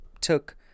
took